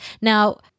Now